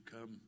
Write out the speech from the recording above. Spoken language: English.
come